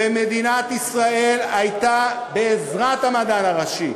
מדינת ישראל הייתה, בעזרת המדען הראשי,